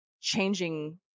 changing